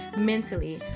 mentally